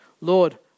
Lord